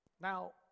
Now